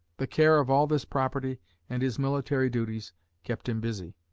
the care of all this property and his military duties kept him busy.